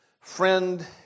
friend